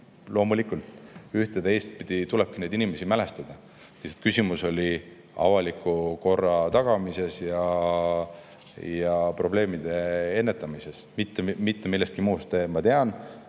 Loomulikult, ühte‑ või teistpidi tulebki neid inimesi mälestada. Lihtsalt küsimus oli avaliku korra tagamises ja probleemide ennetamises, mitte milleski muus. Ma tean,